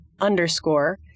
underscore